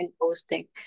posting